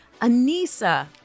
Anissa